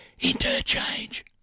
Interchange